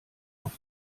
auf